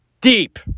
deep